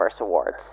Awards